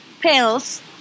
pills